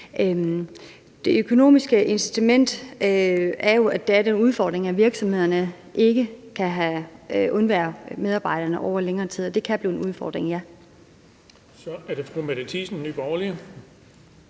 er den udfordring, at virksomhederne ikke kan undvære medarbejderne over længere tid, og ja, det kan blive en udfordring. Kl.